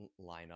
lineup